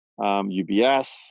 UBS